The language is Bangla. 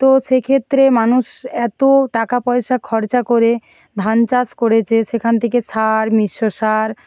তো সে ক্ষেত্রে মানুষ এতো টাকা পয়সা খরচা করে ধান চাষ করেছে সেখান থেকে সার মিশ্র সার